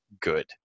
good